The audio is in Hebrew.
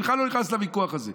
אני בכלל לא נכנס לוויכוח הזה.